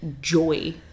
joy